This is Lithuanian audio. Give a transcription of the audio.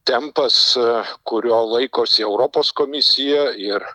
tempas kurio laikosi europos komisija ir